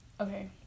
Okay